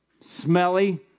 smelly